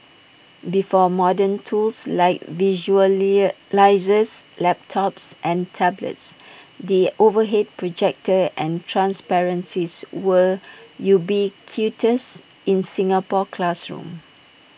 before modern tools like visual near line this laptops and tablets the overhead projector and transparencies were ubiquitous in Singapore classrooms